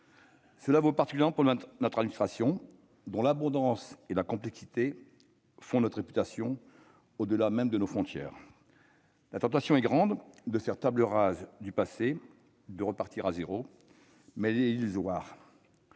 Cela vaut tout particulièrement pour notre administration, dont l'abondance et la complexité font notre réputation au-delà même de nos frontières. La tentation est grande de faire table rase du passé, de repartir de zéro, mais elle est illusoire.